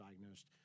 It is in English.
diagnosed